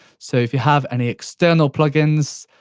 so if you have any external plug-ins,